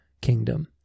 kingdom